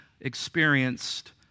experienced